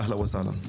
אהלן וסהלן.